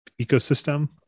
ecosystem